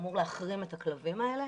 הוא אמור להחרים את הכלבים האלה.